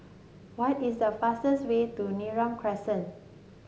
what is the fastest way to Neram Crescent